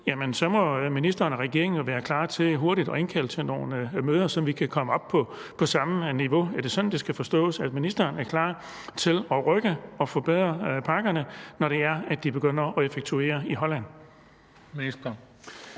noget jo tyder på, også må være klar til hurtigt at indkalde til nogle møder, så vi kan komme op på samme niveau. Er det sådan, det skal forstås, altså at ministeren er klar til at rykke og forbedre pakkerne, når det er, at de begynder at effektuere det i Holland?